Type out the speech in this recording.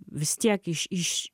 vis tiek iš iš